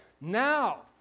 now